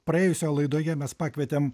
praėjusioje laidoje mes pakvietėm